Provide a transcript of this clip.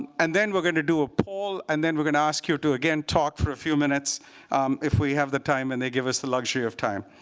and then we're going to do a poll, and then we're going to ask you to again talk for a few minutes if we have the time and they give us the luxury of time.